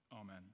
Amen